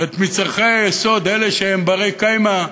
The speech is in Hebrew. את מצרכי היסוד, אלה שהם בני-קיימא,